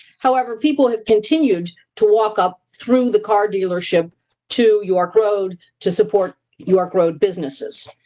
however, people have continued to walk up through the car dealership to york road to support york road businesses.